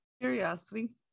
Curiosity